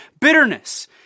bitterness